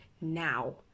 now